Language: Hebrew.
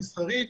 המסחרי,